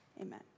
Amen